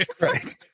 Right